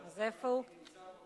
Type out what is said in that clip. אז איפה הוא?